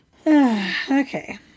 okay